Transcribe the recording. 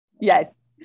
yes